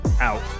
out